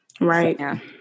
Right